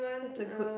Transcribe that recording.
that's a good